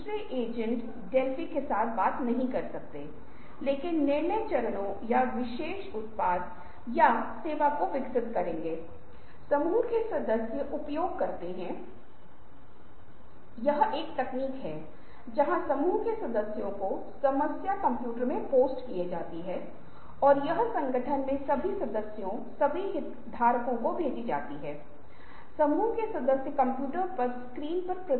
विचार उन विचारों को देखना है ना की उन लोगों को देखना है जिन्होंने प्रक्रियाओं को उत्त्पन किया है समस्याओं से लोगों को भ्रमित करने के लिए विचारों को उत्पन्न किया है इस तरह टुकड़ी की एक निश्चित डिग्री कुछ ऐसा है जिसे आप विकसित करने में सक्षम हैं और आप समस्या को अधिक रोचक अधिक सार्थक तरीके से हल करने में सक्षम हो सकते हैं